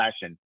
fashion